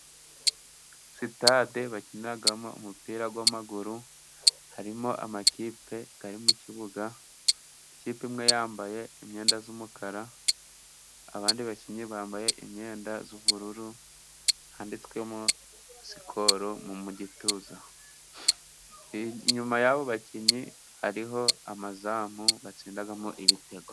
Sitade bakinaramo umupira w'amaguru， harimo amakipe ari mu kibuga. Ikipe imwe yambaye imyenda y'umukara， abandi bakinnyi bambaye imyenda y'ubururu，handitwemo sikoro mu gituza, inyuma y'abo bakinnyi， hariho amazamu batsindamo ibitego.